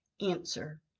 Answer